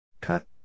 Cut